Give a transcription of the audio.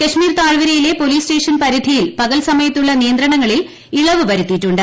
കശ്മീർ ് താഴ്വരയിലെ police station പരിധിയിൽ പകൽ സമയത്തുള്ള നിയന്ത്രണങ്ങളിൽ ഇളവ് വരുത്തിയിട്ടുണ്ട്